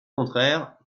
contraire